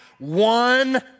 one